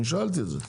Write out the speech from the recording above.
אני שאלתי את זה.